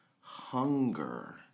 hunger